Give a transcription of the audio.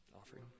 offering